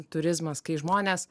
turizmas kai žmonės